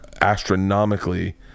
astronomically